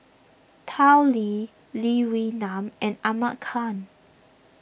Tao Li Lee Wee Nam and Ahmad Khan